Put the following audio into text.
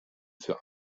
für